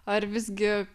ar visgi